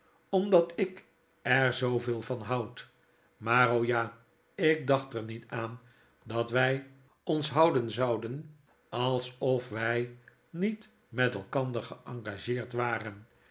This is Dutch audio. omdat ik er zooveel van houd maar o ja ik dacht er niet aan dat wy ons houden zouden alsof wy niet met elkander geengageerd waren